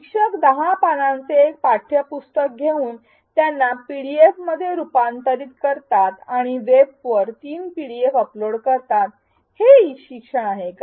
शिक्षक १० पानांचे एक पाठ्यपुस्तक घेऊन त्यांना पीडीएफमध्ये रुपांतरीत करतात आणि वेबवर तीन पीडीएफ अपलोड करतात हे ई शिक्षण आहे का